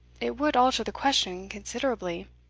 it would alter the question considerably.